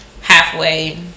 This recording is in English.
halfway